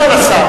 אגן על השר.